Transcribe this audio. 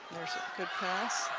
there's a good pass.